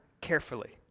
carefully